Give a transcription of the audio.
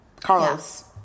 Carlos